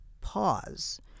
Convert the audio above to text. pause